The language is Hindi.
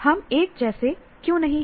हम एक जैसे क्यों नहीं हैं